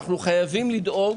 אנחנו חייבים לדאוג